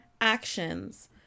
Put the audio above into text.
actions